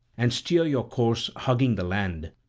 and steer your course hugging the land,